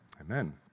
Amen